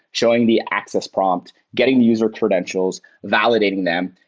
showing the access prompt, getting user credentials, validating them.